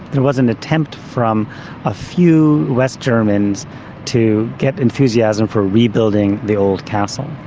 there was an attempt from a few west germans to get enthusiasm for rebuilding the old castle,